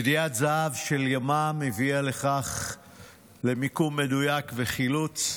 ידיעת זהב של ימ"מ הביאה למיקום מדויק וחילוץ.